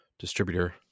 Distributor